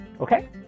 okay